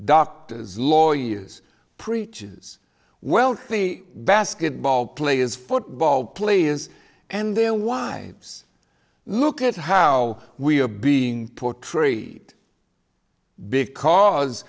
doctors lawyers preaches wealthy basketball players football players and their wives look at how we are being portrayed because